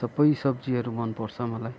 सबै सब्जीहरू मनपर्छ मलाई